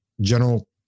general